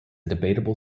debatable